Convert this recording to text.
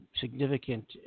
significant